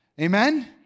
Amen